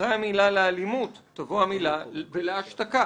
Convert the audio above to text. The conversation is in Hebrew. אחרי המילה "לאלימות" תבוא המילה "ולהשתקה".